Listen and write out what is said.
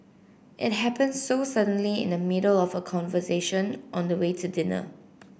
it happened so suddenly in the middle of a conversation on the way to dinner